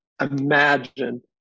imagine